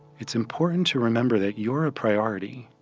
it's important to remember that you're a priority,